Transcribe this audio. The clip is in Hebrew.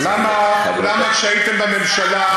למה כשהייתם בממשלה,